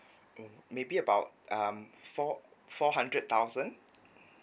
mm maybe about um four four hundred thousand